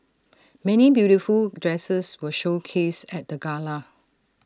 many beautiful dresses were showcased at the gala